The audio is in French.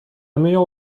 meilleure